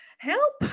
help